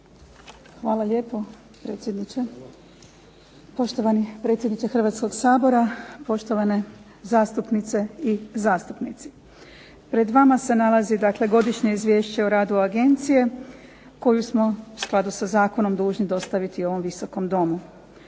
predsjedniče. Poštovani predsjedniče Hrvatskog sabora, poštovane zastupnice i zastupnici. Pred vama se nalazi dakle Godišnje izvješće o radu agencije koju smo, u skladu sa zakonom, dužni dostaviti ovom Visokom domu.